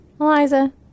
Eliza